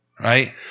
right